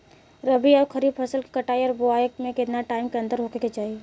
रबी आउर खरीफ फसल के कटाई और बोआई मे केतना टाइम के अंतर होखे के चाही?